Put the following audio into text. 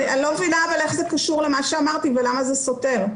אני לא מבינה אבל איך זה קשור למה שאמרתי ולמה זה סותר.